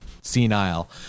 senile